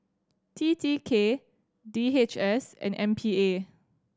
T T K D H S and M P A